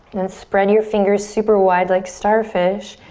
then spread your fingers super wide like starfish.